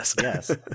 yes